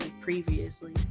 previously